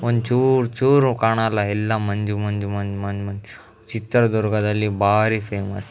ಒಂಚೂರೂ ಚೂರೂ ಕಾಣೋಲ್ಲ ಎಲ್ಲ ಮಂಜು ಮಂಜು ಮಂಜು ಮನ್ ಮನ್ ಚಿತ್ರದುರ್ಗದಲ್ಲಿ ಭಾರಿ ಫೇಮಸ್